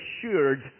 assured